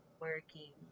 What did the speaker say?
working